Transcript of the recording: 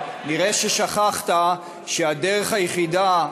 נראה ששכחת שהדרך היחידה,